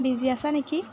busy আছা নেকি